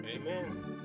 amen